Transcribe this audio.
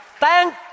Thank